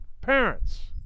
parents